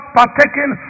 partaking